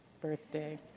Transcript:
birthday